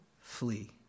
Flee